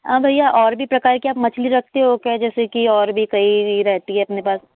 हाँ भैया भी प्रकार के आप मछली रखते हो क्या जैसे की और भी कई रहती हैं अपने पास